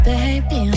Baby